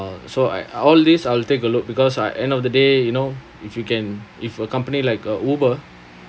so I uh all this I'll take a look because I end of the day you know if you can if a company like uh Uber